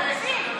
תקשיב, תקשיב.